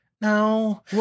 no